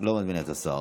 לא נזמין את השר.